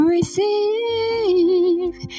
Receive